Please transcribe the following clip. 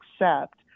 accept